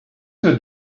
good